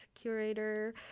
curator